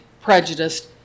prejudiced